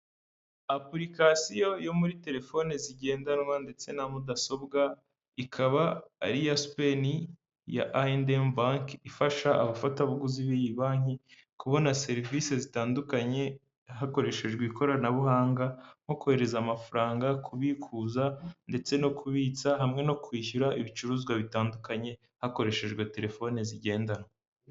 Apulikasiyo yo muri telefoni zigendanwa ndetse na mudasobwa, ikaba ari iya sipeni ya Ayi endi Emu banki, ifasha abafatabuguzi b'iyi banki kubona serivisi zitandukanye hakoreshejwe ikoranabuhanga nko: kohereza amafaranga, kubikuza ndetse no kubitsa, hamwe no kwishyura ibicuruzwa bitandukanye, hakoreshejwe telefoni zigendanwa.